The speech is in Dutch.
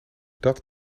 dat